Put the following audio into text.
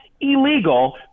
illegal